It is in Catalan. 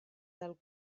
del